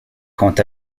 quant